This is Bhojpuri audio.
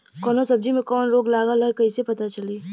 कौनो सब्ज़ी में कवन रोग लागल ह कईसे पता चली?